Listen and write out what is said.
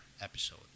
episode